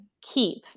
Keep